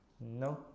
No